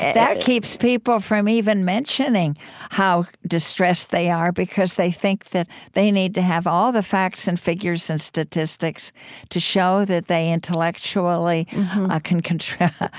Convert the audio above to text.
that keeps people from even mentioning how distressed they are because they think that they need to have all the facts and figures and statistics to show that they intellectually ah can can